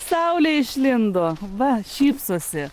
saulė išlindo va šypsosi